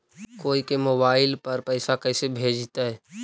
कोई के मोबाईल पर पैसा कैसे भेजइतै?